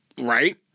right